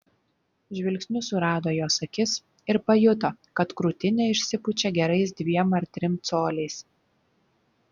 žvilgsniu surado jos akis ir pajuto kad krūtinė išsipučia gerais dviem ar trim coliais